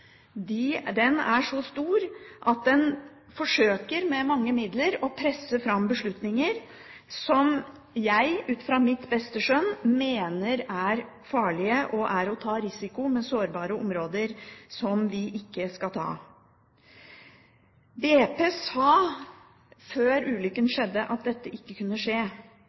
stor. Den er så stor at en forsøker med mange midler å presse fram beslutninger som jeg ut fra mitt beste skjønn mener er farlige og er å ta en risiko med store områder som vi ikke skal ta. BP sa før ulykken skjedde, at dette ikke kunne skje.